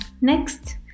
Next